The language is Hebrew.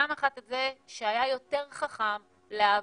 פעם אחת את זה שהיה יותר חכם להעביר,